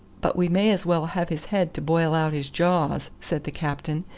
but we may as well have his head to boil out his jaws, said the captain,